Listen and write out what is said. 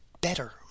better